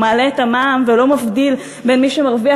הוא מעלה את המע"מ ולא מבדיל בין מי שמרוויח